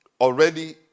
already